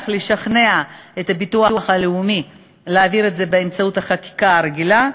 לשכנע את הביטוח הלאומי להעביר את זה בחקיקה רגילה.